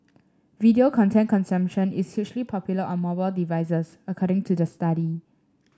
video content consumption is hugely popular on mobile devices according to the study